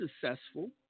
successful